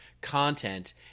content